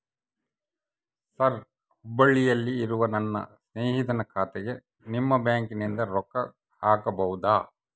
Sir ಹುಬ್ಬಳ್ಳಿಯಲ್ಲಿ ಇರುವ ನನ್ನ ಸ್ನೇಹಿತನ ಖಾತೆಗೆ ನಿಮ್ಮ ಬ್ಯಾಂಕಿನಿಂದ ರೊಕ್ಕ ಹಾಕಬಹುದಾ?